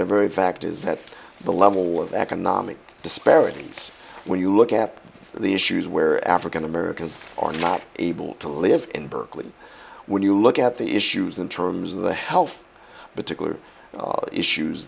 the very fact is that the level of economic disparities when you look at the issues where african americans are not able to live in berkeley when you look at the issues in terms of the health but tickler issues